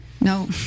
No